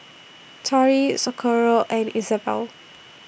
Tori Socorro and Isabelle